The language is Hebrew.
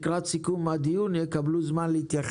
אני מבקש שירשום אותן ולקראת סיכום הדיון הם יקבלו זמן להתייחס.